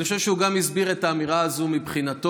אני חושב שהוא הסביר את האמירה הזו מבחינתו: